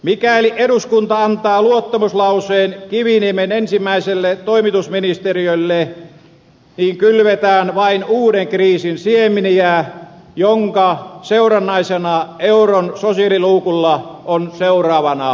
mikäli eduskunta antaa luottamuslauseen kiviniemen ensimmäiselle toimitusministeriölle niin kylvetään vain uuden kriisin siemeniä jonka seurannaisena euron sosiaaliluukulla on seuraavana jo espanja